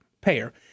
payer